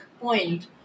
point